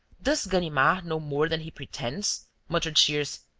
does ganimard know more than he pretends? muttered shears.